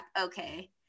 Okay